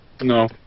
No